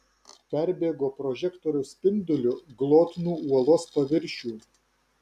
perbėgo prožektoriaus spinduliu glotnų uolos paviršių